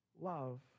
Love